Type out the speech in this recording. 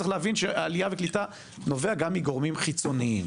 צריך להבין שעלייה וקליטה נובעות גם מגורמים חיצוניים.